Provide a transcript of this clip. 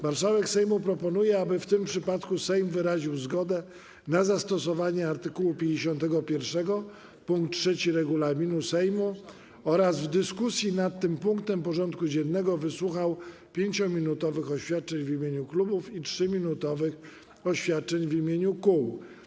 Marszałek Sejmu proponuje, aby w tym przypadku Sejm wyraził zgodę na zastosowanie art. 51 pkt 3 regulaminu Sejmu oraz w dyskusji nad tym punktem porządku dziennego wysłuchał 5-minutowych oświadczeń w imieniu klubów i 3-minutowych oświadczeń w imieniu kół.